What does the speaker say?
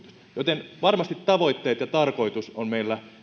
joten varmasti tavoitteet ja tarkoitus on meillä